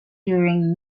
during